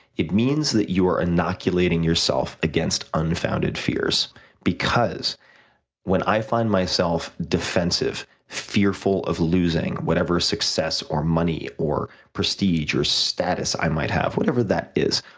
it means that you're inoculating yourself against unfounded fears because when i find myself defensive fearful of losing whatever success, or money, or prestige, or status i might have, whatever that is,